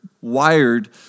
wired